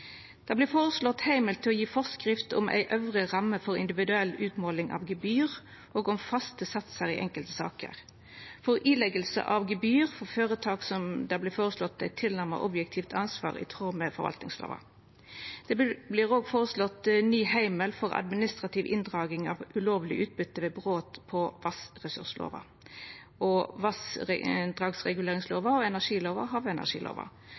Det vert føreslått heimel til å gje forskrift om ei øvre ramme for individuell utmåling av gebyr og om faste satsar i enklare saker. For ilegging av gebyr for føretak vert det føreslått eit tilnærma objektivt ansvar i tråd med forvaltningslova. Det vert òg føreslått ein ny heimel for administrativ inndraging av ulovleg utbytte ved brot på vassressurslova, vassdragsreguleringslova, energilova og havenergilova.